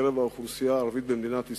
ובקרב האוכלוסייה הערבית במדינת ישראל,